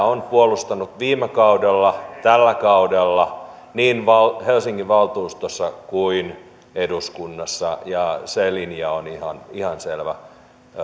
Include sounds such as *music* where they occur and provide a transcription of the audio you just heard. *unintelligible* on puolustanut viime kaudella tällä kaudella niin helsingin valtuustossa kuin eduskunnassa ja se linja on ihan ihan selvä